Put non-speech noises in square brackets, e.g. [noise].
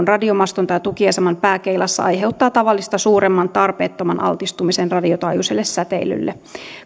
[unintelligible] radiomaston tai tukiaseman pääkeilassa aiheuttaa tavallista suuremman tarpeettoman altistumisen radiotaajuiselle säteilylle